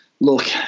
look